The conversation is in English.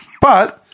But-